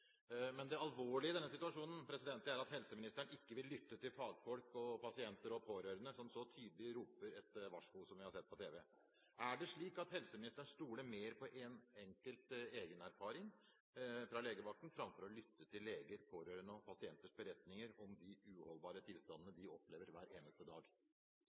Det alvorlige i denne situasjonen er at helseministeren ikke vil lytte til fagfolk, pasienter og pårørende som så tydelig roper et varsko, som vi har sett på tv. Er det slik at helseministeren stoler mer på en enkelt egenerfaring fra legevakten framfor å lytte til legers, pårørendes og pasienters beretninger om de uholdbare tilstander de opplever hver eneste dag?